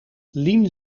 lien